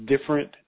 different